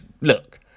look